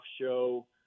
show